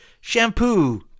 shampoo